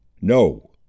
no